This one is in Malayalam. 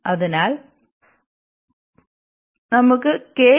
അതിനാൽ നമുക്ക് k 0 ലഭിക്കും